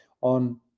on